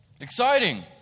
Exciting